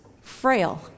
frail